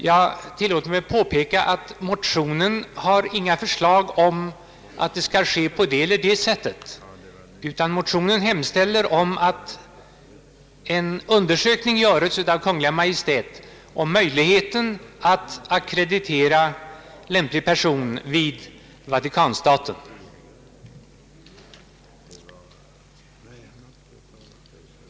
Jag tillåter mig påpeka att i motionerna inte ges några förslag om att det skulle ske på det sättet, utan i motionerna hemställes om att en undersökning göres av Kungl. Maj:t om möjligheten att ackreditera lämplig person vid Vatikanstaten.